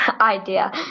idea